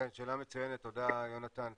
שאלה מצוינת, תודה, יהונתן.